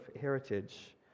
heritage